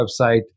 website